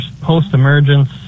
post-emergence